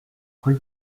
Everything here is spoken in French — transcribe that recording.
rue